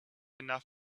enough